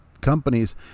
companies